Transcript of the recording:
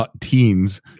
teens